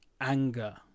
anger